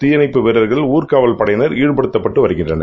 தீயணைப்பு வீரர்கள் ஊர்கூவல் படையினர் ஈடுபடுத்தப்பட்டு வருகின்றனர்